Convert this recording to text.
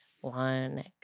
one